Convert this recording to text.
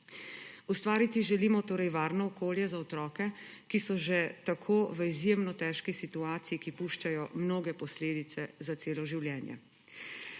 Ustvariti želimo torej varno okolje za otroke, ki so že tako v izjemno težki situaciji, ki pušča mnoge posledice za celo življenje.